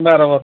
बरं बरं